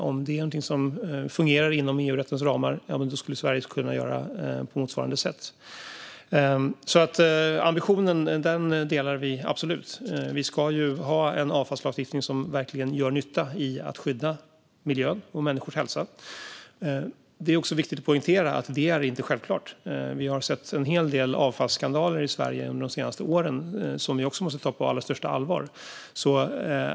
Om det är någonting som fungerar inom EU-rättens ramar skulle Sverige kunna göra på motsvarande sätt. Ambitionen delar vi absolut. Vi ska ha en avfallslagstiftning som verkligen gör nytta när det gäller att skydda miljön och människors hälsa. Det är också viktigt att poängtera att detta inte är självklart. Vi har sett en hel del avfallsskandaler i Sverige under de senaste åren som vi också måste ta på allra största allvar.